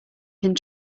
can